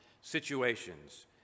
situations